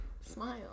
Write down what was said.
smile